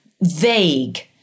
vague